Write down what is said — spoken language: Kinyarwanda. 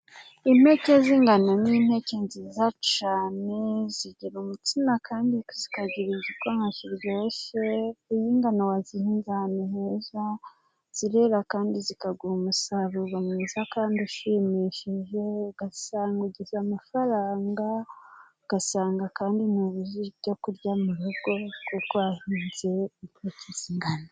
Impeke z'ingano ni impeke nziza cyane, zigira umutsima kandi zikagira igikoma kiryoshye. Iyo ingano wazihinze ahantu heza, zirera kandi zikaguha umusaruro mwiza kandi ushimishije, ugasanga ugize amafaranga, ugasanga kandi ntubuze ibyo kurya mu rugo kuko wahinze impeke z'ingano.